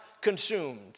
consumed